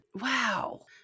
wow